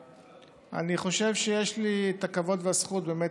אני חושב שיש לי את הכבוד והזכות באמת